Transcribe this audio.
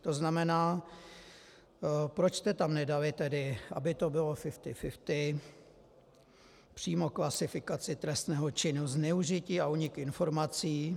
To znamená, proč jste tam nedali tedy, aby to bylo fifty fifty, přímo klasifikaci trestného činu zneužití a únik informací?